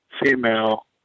female